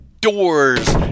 Doors